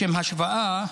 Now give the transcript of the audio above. לשם השוואה,